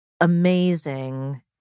amazing